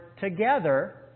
together